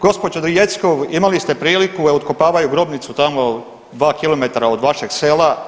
Gospođo Jeckov imali ste priliku, evo otkopavaju grobnicu tamo 2 km od vašeg sela.